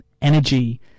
energy